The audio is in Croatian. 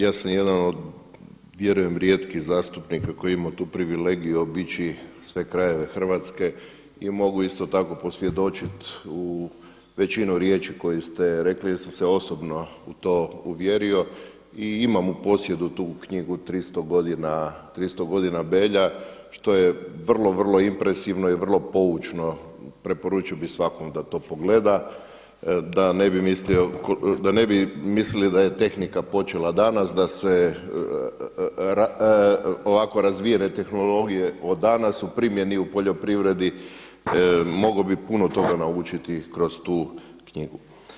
Ja sam jedan do vjerujem rijetkih zastupnika koji je imao tu privilegiju obići sve krajeve hrvatske i mogu isto tako posvjedočiti u većinu riječi koju ste rekli jer sam se osobno u to uvjerio i imam u posjedu tu knjigu 300 godina Belja što je vrlo, vrlo impresivno i vrlo poučno, preporučio bih svakom da to pogleda da ne bi mislili da je tehnika počela danas, da su ovako razvijene tehnologije od danas u primjeni u poljoprivredi, mogao bih puno toga naučiti kroz tu knjigu.